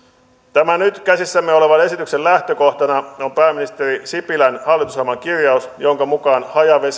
tämän nyt käsissämme olevan esityksen lähtökohtana on pääministeri sipilän hallitusohjelman kirjaus jonka mukaan